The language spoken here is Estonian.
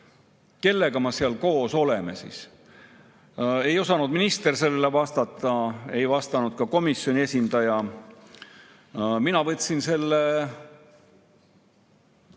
kellega me seal siis koos oleme. Ei osanud minister sellele vastata, ei vastanud ka komisjoni esindaja. Mina võtsin selle